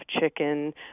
chicken